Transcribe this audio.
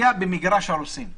היה במגרש הרוסים,